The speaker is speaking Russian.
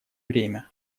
время